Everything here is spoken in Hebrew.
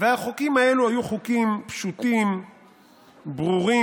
והחוקים האלה היו חוקים פשוטים, ברורים,